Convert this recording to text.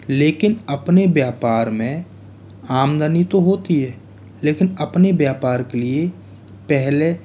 लेकिन अपने व्यापार में आमदनी तो होती है लेकिन अपने व्यापार के लिए पहले